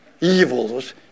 evils